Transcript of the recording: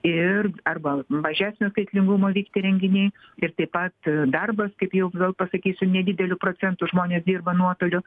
ir arba mažesnio skaitlingumo vykti renginiai ir taip pat darbas kaip jau gal pasakysiu nedideliu procentu žmonės dirba nuotoliu